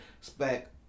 spec